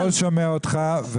הפרוטוקול שומע אותך,